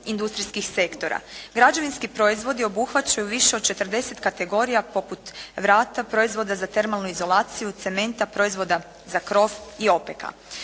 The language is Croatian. industrijskih sektora. Građevinski proizvodi obuhvaćaju više od 40 kategorija poput vrata proizvoda za termalnu izolaciju, cementa, proizvoda za krov i opeka.